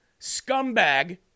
scumbag